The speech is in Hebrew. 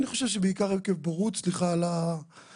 אני חושב שבעיקר עקב בורות, סליחה על המילה.